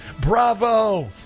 bravo